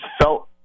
felt